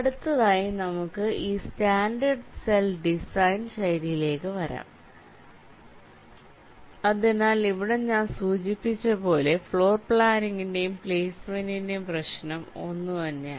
അടുത്തതായി നമുക്ക് ഈ സ്റ്റാൻഡേർഡ് സെൽ ഡിസൈൻ ശൈലിയിലേക്ക് വരാം അതിനാൽ ഇവിടെ ഞാൻ സൂചിപ്പിച്ചതുപോലെ ഫ്ലോർ പ്ലാനിംഗിന്റെയും പ്ലേസ്മെന്റിന്റെയും പ്രശ്നം ഒന്നുതന്നെയാണ്